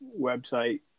website